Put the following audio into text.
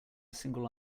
single